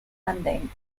landing